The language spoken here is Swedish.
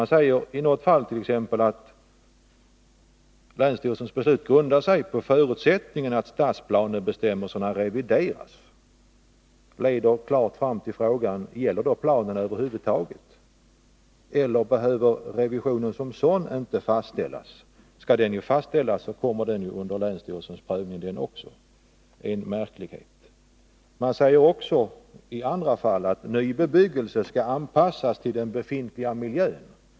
Det sägs i något fall t.ex. att länsstyrelsens beslut grundar sig på förutsättningen att stadsplanebestämmelserna revideras. Det leder klart fram till frågan: Gäller planen över huvud taget, eller behöver revisionen som sådan inte fastställas? Om den skall fastställas kommer den också under länsstyrelsens prövning. Det är en märklighet. Det sägs också, i andra fall, att ny bebyggelse skall anpassas till den befintliga miljön.